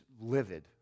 livid